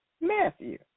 Matthew